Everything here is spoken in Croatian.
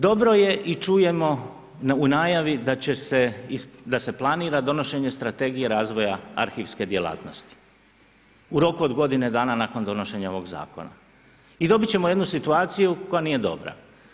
Dobro je i čujemo u najavi da se planira donošenje strategija razvoja arhivske djelatnosti u roku od godine danas nakon donošenja ovog zakona i dobit ćemo jednu situaciju koja nije dobra.